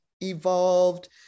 evolved